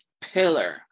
pillar